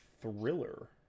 thriller